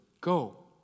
go